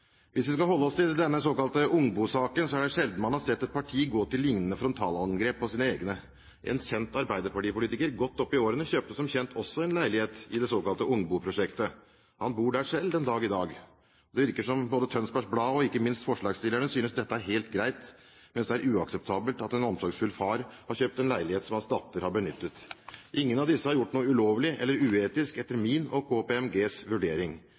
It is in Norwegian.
Hvis vi skal holde oss til denne såkalte Ungbo-saken, er det sjelden man har sett et parti gå til lignende frontalangrep på sine egne. En kjent arbeiderpartipolitiker godt opp i årene kjøpte som kjent også en leilighet i det såkalte Ungbo-prosjektet. Han bor der selv den dag i dag. Det virker som både Tønsbergs Blad og ikke minst forslagsstillerne synes dette er heilt greit, mens det er uakseptabelt at en omsorgsfull far har kjøpt en leilighet som hans datter har benyttet. Ingen av disse har gjort noe ulovlig eller uetisk etter min og KPMGs vurdering.